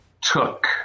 took